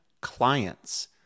clients